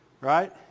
Right